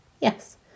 Yes